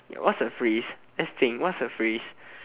what's a phrase let's think what's a phrase